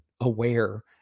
aware